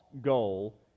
goal